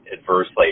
adversely